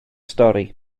stori